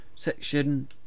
Section